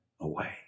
away